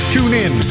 TuneIn